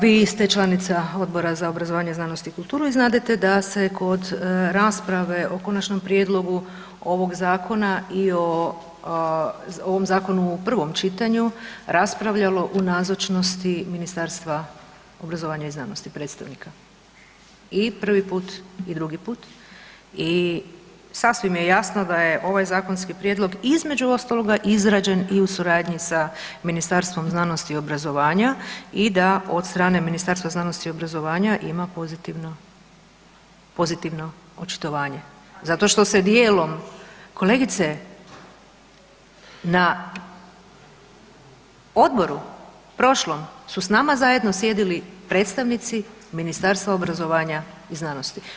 Vi ste članica Odbora za obrazovanje, znanost i kulturu i znadete da se kod rasprave o konačnom prijedlogu ovog zakona i ovom zakonu u prvom čitanju raspravljalo u nazočnosti Ministarstva obrazovanja i znanosti predstavnika i prvi put i drugi put i sasvim je jasno da je ovaj zakonski prijedlog između ostaloga izrađen i u suradnji sa Ministarstvom znanosti i obrazovanja i da od strane Ministarstva znanosti i obrazovanja ima pozitivno očitovanje. … [[Upadica se ne razumije.]] Kolegice, na odboru prošlom su s nama zajedno sjedili predstavnici Ministarstva obrazovanja i znanosti.